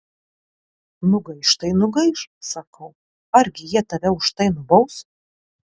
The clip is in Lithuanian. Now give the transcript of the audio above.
nugaiš tai nugaiš sakau argi jie tave už tai nubaus